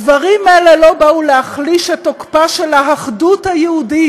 דברים אלה לא באו להחליש את תוקפה של האחדות היהודית